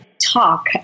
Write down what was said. talk